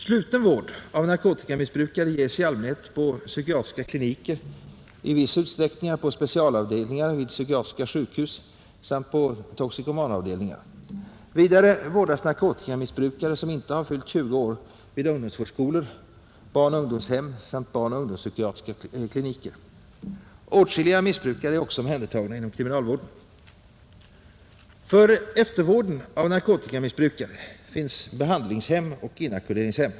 Sluten vård av narkotikamissbrukare ges i allmänhet på psykiatriska 42 kliniker, i viss utsträckning på specialavdelningar vid psykiatriska sjukhus samt på toxikomanavdelningar. Vidare vårdas narkotikamissbrukare, som inte har fyllt 20 år, vid ungdomsvårdsskolor, barnoch ungdomshem samt barnoch ungdomspsykiatriska kliniker. Åtskilliga missbrukare är också omhändertagna inom kriminalvården. För eftervården av narkotikamissbrukare finns behandlingshem och inackorderingshem.